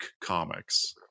comics